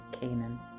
Canaan